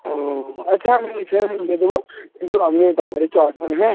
ও আচ্ছা আমি সে আমি দিয়ে দেব কিন্তু আপনি তাড়াতাড়ি একটু আসবেন হ্যাঁ